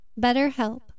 BetterHelp